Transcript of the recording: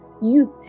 youth